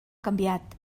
canviat